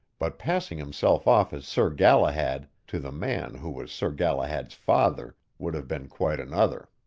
but passing himself off as sir galahad to the man who was sir galahad's father would have been quite another.